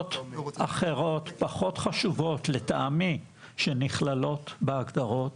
נקודות אחרות פחות חשובות לטעמי שנכללות בהגדרות,